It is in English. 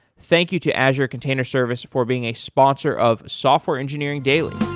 thank you to azure container service for being a sponsor of software engineering daily.